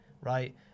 right